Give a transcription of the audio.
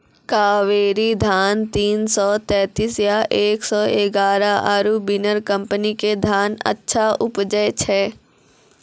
कावेरी धान तीन सौ तेंतीस या एक सौ एगारह आरु बिनर कम्पनी के धान अच्छा उपजै छै?